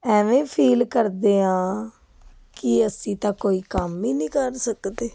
ਐਵੇਂ ਫੀਲ ਕਰਦੇ ਹਾਂ ਕਿ ਅਸੀਂ ਤਾਂ ਕੋਈ ਕੰਮ ਹੀ ਨਹੀਂ ਕਰ ਸਕਦੇ